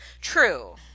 true